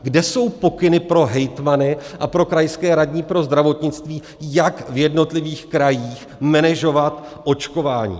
Kde jsou pokyny pro hejtmany a pro krajské radní pro zdravotnictví, jak v jednotlivých krajích menežovat očkování?